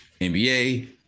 NBA